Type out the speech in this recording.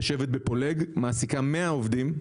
היא יושבת בפולג, ומעסיקה מאה עובדים,